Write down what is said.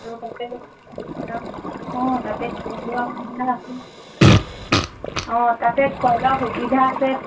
আৰু তাতে অঁ তাতে খোৱা লোৱা সুবিধা আছে অঁ তাতে খোৱা লোৱা সুবিধা আছে